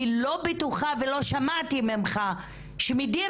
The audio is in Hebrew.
אני לא בטוחה ולא שמעתי ממך שמדיר